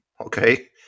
Okay